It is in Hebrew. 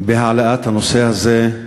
בהעלאת הנושא הזה.